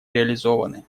реализованы